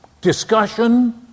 Discussion